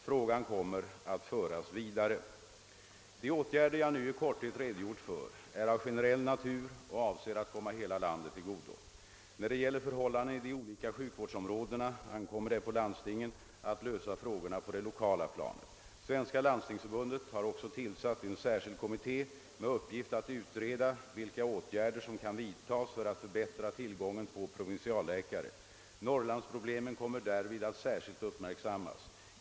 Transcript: Frågan kommer att föras vidare. De åtgärder jag nu i korthet redogjort för är av generell natur och avser att komma hela landet till godo. När det gäller förhållandena i de olika sjukvårdsområdena ankommer det på landstingen att lösa frågorna på det lokala planet. Svenska landstingsförbundet har också tillsatt en särskild kommitté med uppgift att utreda vilka åtgärder som kan vidtas för att förbättra tillgången på provinsialläkare. Norrlandsproblemen kommer därvid att särskilt uppmärksammas.